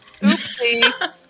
Oopsie